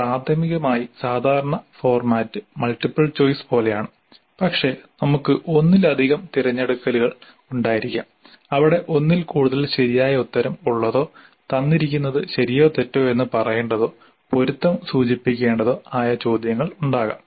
പ്രാഥമികമായി സാധാരണ format multiple choice പോലെയാണ് പക്ഷേ നമുക്ക് ഒന്നിലധികം തിരഞ്ഞെടുക്കലുകൾ ഉണ്ടായിരിക്കാം അവിടെ ഒന്നിൽ കൂടുതൽ ശരിയായ ഉത്തരം ഉള്ളതോ തന്നിരിക്കുന്നത് ശരിയോ തെറ്റോ എന്ന് പറയേണ്ടതോ പൊരുത്തം സൂചിപ്പിക്കേണ്ടതോ ആയ ചോദ്യങ്ങൾ ഉണ്ടാകാം